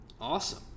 Awesome